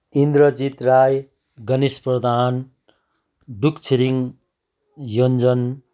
Indrajit Rai Ganesh Pradhan Duk Chhiring Yonjan